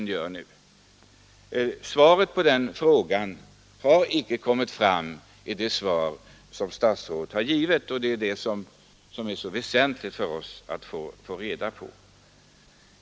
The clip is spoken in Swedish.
Något besked i den frågan lämnades inte i statsrådets svar, men det är ett besked som är mycket väsentligt för oss.